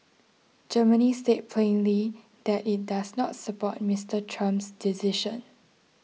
Germany said plainly that it does not support Mister Trump's decision